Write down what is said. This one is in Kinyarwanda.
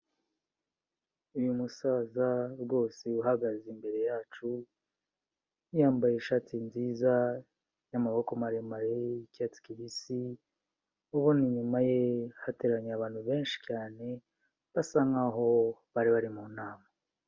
Uyu musaza rwose uhagaze imbere yacu yambaye ishati nziza y'amaboko maremare y'icyatsi kibisi, ubona inyuma ye hateraniye abantu benshi cyane, basa nk'aho bari bari mu nama.